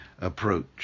approach